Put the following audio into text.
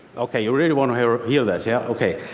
okay, you really want to hear ah hear that? yeah. okay.